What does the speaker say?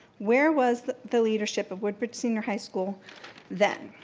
where was the leadership of woodbridge senior high school then?